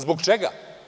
Zbog čega?